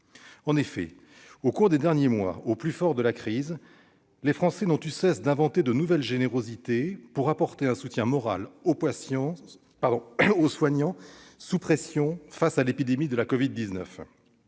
En effet, au cours des derniers mois, au plus fort de la crise, les Français n'ont eu de cesse que d'inventer de nouvelles générosités pour apporter un soutien moral aux soignants sous pression face à l'épidémie de la covid-19.